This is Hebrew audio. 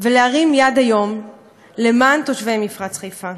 ולהרים יד היום למען תושבי מפרץ חיפה.